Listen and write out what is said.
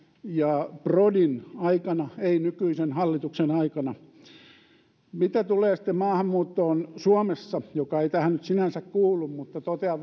ja prodin aikana eivät nykyisen hallituksen aikana mitä tulee sitten maahanmuuttoon suomessa joka ei tähän nyt sinänsä kuulu niin totean